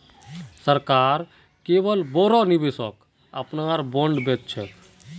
सरकार केवल बोरो निवेशक अपनार बॉन्ड बेच छेक